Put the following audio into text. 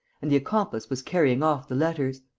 and the accomplice was carrying off the letters.